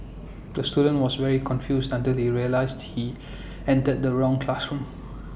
the student was very confused until he realised he entered the wrong classroom